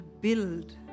build